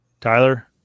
Tyler